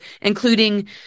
including